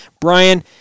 Brian